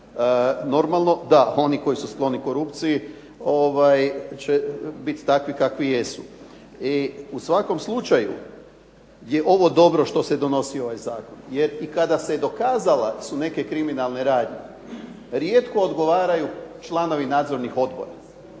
Normalno, da oni koji su skloni korupciji će biti takvi kakvi jesu. I u svakom slučaju je ovo dobro što se donosi ovaj zakon. Jer kada se i dokazalo da su neke kriminalne radnje, rijetko odgovaraju članovi nadzornih odbora.